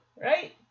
right